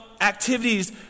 activities